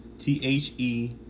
T-H-E